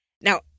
Now